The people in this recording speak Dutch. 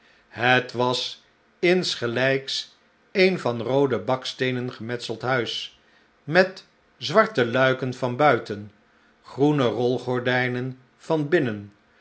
het was insgelijks een van roode baksteenen gemetseld huis met zwarte luiken van buiten groene rolgordijnen van binnen